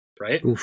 right